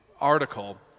article